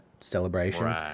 celebration